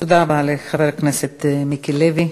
תודה רבה לחבר הכנסת מיקי לוי.